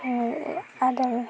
आङो बे आदामन